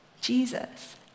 Jesus